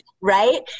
Right